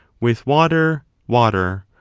with water water,